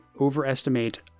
overestimate